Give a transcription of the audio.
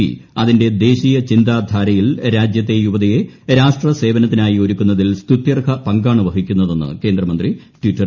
P അതിന്റെ ദേശീയ ചിന്താധാരയിൽ രാജ്യത്തെ യുവതയെ രാഷ്ട്ര സേവനത്തിനായി ഒരുക്കുന്നതിൽ സ്ത്യുത്യർഹ പങ്കാണ് വഹിക്കുന്നതെന്ന് കേന്ദ്രമന്ത്രി ട്വിറ്റർ സന്ദേശ്ത്തിൽ പറഞ്ഞു